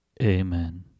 Amen